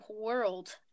world